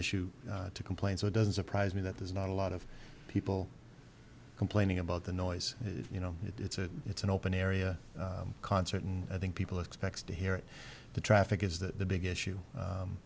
issue to complain so it doesn't surprise me that there's not a lot of people complaining about the noise you know it's a it's an open area concert and i think people expect to hear the traffic is that the big issue